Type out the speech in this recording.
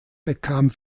bekam